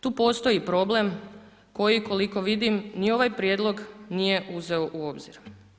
Tu postoji problem koji koliko vidim, ni ovaj prijedlog nije uzeo u obzir.